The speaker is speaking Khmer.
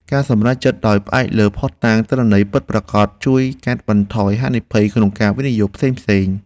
ការសម្រេចចិត្តដោយផ្អែកលើភស្តុតាងទិន្នន័យពិតប្រាកដជួយកាត់បន្ថយហានិភ័យក្នុងការវិនិយោគផ្សេងៗ។